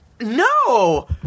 no